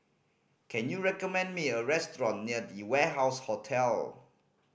can you recommend me a restaurant near The Warehouse Hotel